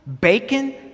bacon